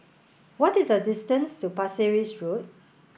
what is the distance to Pasir Ris Road